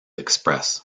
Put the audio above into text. express